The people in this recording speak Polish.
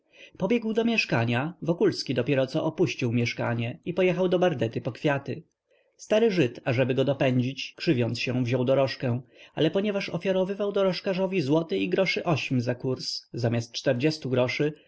pobiegł do mieszkania wokulski dopiero co opuścił mieszkanie i pojechał do bardeta po kwiaty stary żyd ażeby go dopędzić krzywiąc się wziął doróżkę ale ponieważ ofiarowywał dorożkarzowi złoty i groszy ośm za kurs zamiast czterdziestu groszy